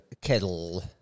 kettle